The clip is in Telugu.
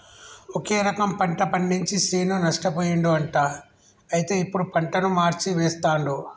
ఒకే రకం పంట పండించి శ్రీను నష్టపోయిండు అంట అయితే ఇప్పుడు పంటను మార్చి వేస్తండు